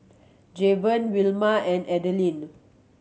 Javon Wilma and Adelyn